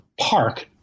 park